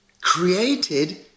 created